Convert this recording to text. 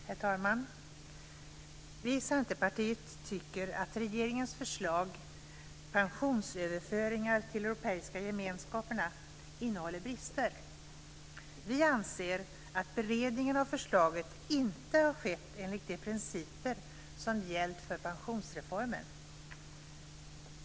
Herr talman! Vi i Centerpartiet tycker att regeringens förslag Pensionsöverföringar till Europeiska gemenskaperna innehåller brister. Vi anser att beredningen av förslaget inte har skett enligt de principer som gällt för pensionsreformen.